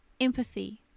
empathy